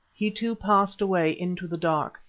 he too passed away into the dark,